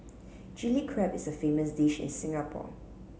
Chilli Crab is a famous dish in Singapore